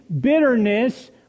bitterness